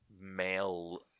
male